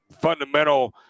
Fundamental